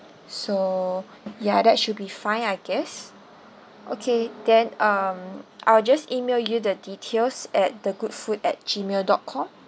so yeah that should be fine I guess okay then um I will just email you the details at the good food at gmail dot com